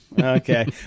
Okay